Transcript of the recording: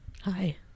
hi